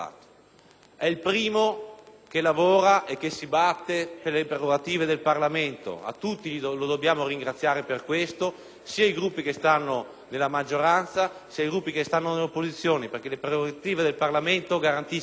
è il primo che lavora e che si batte per le prerogative del Parlamento e tutti dobbiamo ringraziarlo per questo, sia i Gruppi della maggioranza che quelli dell'opposizione, perché le prerogative del Parlamento garantiscono